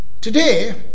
Today